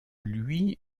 lui